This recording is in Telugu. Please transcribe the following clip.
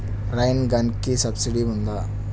రైన్ గన్కి సబ్సిడీ ఉందా?